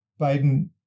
Biden